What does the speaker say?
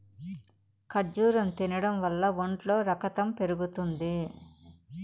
ఖర్జూరం తినడం వల్ల ఒంట్లో రకతం పెరుగుతుంది